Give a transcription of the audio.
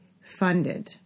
funded